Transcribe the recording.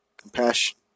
compassion